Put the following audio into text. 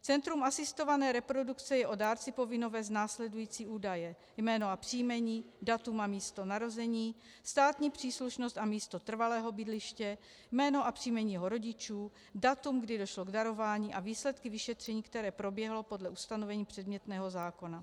Centrum asistované reprodukce je o dárci povinno vést následující údaje: jméno a příjmení, datum a místo narození, státní příslušnost a místo trvalého bydliště, jméno a příjmení jeho rodičů, datum, kdy došlo k darování, a výsledky vyšetření, které proběhlo podle ustanovení předmětného zákona.